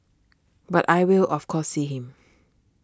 but I will of course see him